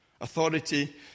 Authority